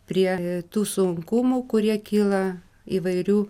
prie tų sunkumų kurie kyla įvairių